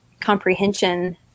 comprehension